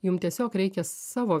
jum tiesiog reikia savo